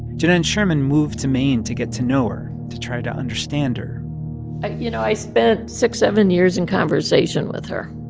janaan sherman moved to maine to get to know her, to try to understand her you know, i spent six, seven years in conversation with her,